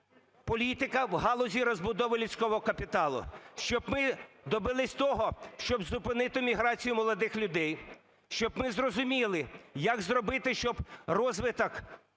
політика у галузі розбудови людського капіталу, щоб ми добилися того, щоб зупинити міграцію молодих людей, щоб ми зрозуміли, як зробити, щоб розвиток